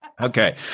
Okay